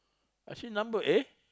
I see number !eh!